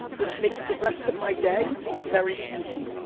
which makes the rest of my day very easy.